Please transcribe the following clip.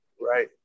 Right